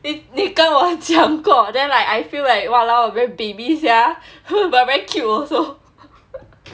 你跟我讲过 then like I feel like !walao! very baby sia but very cute also